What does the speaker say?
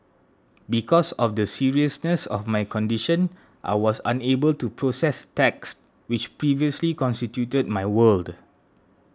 because of the seriousness of my condition I was unable to process text which previously constituted my world